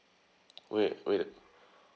wait wait